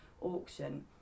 auction